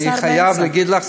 אני חייב להגיד לך,